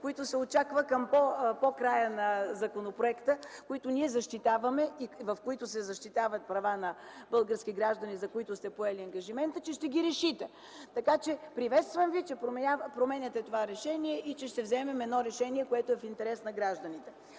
които се очаква да решите към края на законопроекта, които ние защитаваме и в които се защитават правата на българските граждани, за които сте поели ангажимента си. Приветствам ви, че променяте това решение и че ще вземем решение, което е в интерес на гражданите.